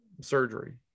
surgery